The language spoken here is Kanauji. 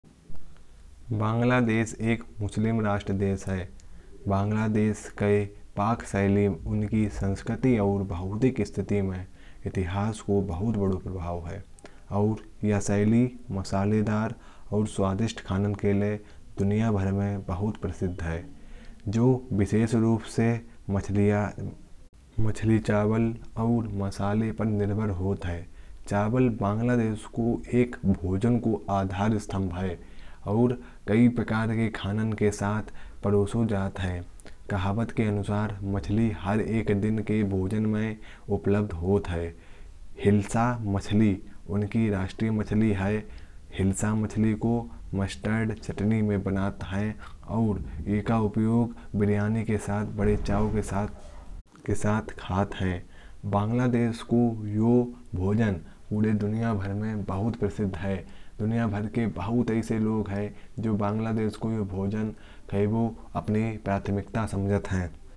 बांग्लादेश एक मुस्लिम राष्ट्र देश है बांग्लादेश में कई पाक शैलियाँ। उनकी संस्कृति और भौतिक स्थिति का इतिहास पर बहुत बड़ा प्रभाव है। और यह शैली मसालेदार और स्वादिष्ट खानों के लिए दुनिया भर में बहुत प्रसिद्ध है। यह खास तौर पर मछलियाँ मछली चावल और मसालों पर निर्भर होता है। जहाँ चावल बांग्लादेश का एक भोजन का आधार स्तंभ है। और कई प्रकार के खानों के साथ परोसा जाता है। कहावत के अनुसार मछली हर दिन के भोजन में उपलब्ध होती है। हिल्सा मछली उनकी राष्ट्रीय मछली है। हिल्सा मछली को मस्टर्ड चटनी में बनाया जाता है। और इसे बिरयानी के साथ बड़े चाव से खाया जाता है। बांग्लादेश का यह भोजन पूरे दुनिया भर में बहुत प्रसिद्ध है। दुनिया भर के बहुत से लोग हैं जो बांग्लादेश के भोजन को खाना अपनी प्राथमिकता समझते हैं।